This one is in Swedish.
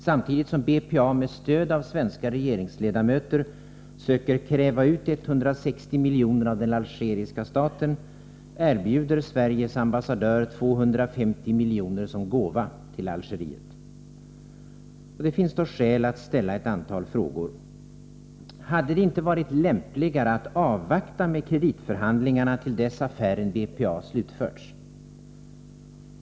Samtidigt som BPA med stöd av svenska regeringsledamöter söker kräva ut 160 miljoner av den algeriska staten erbjuder Sveriges ambassadör 250 miljoner som gåva till Algeriet. Det finns här skäl att ställa ett antal frågor: Hade det inte varit lämpligare att avvakta med kreditförhandlingarna till dess affären BPA slutförts?